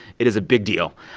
it is a big deal,